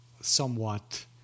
somewhat